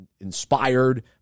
inspired